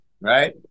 right